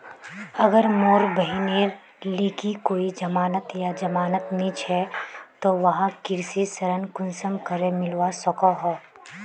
अगर मोर बहिनेर लिकी कोई जमानत या जमानत नि छे ते वाहक कृषि ऋण कुंसम करे मिलवा सको हो?